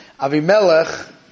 Avimelech